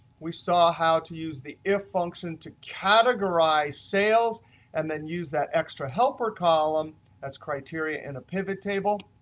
we saw how to use the if function to categorize sales and then use that extra helper column as criteria in a pivot table.